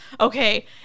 okay